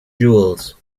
jewels